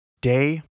Day